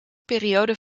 periode